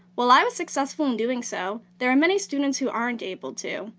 while i was successful in doing so, there are many students who aren't able to.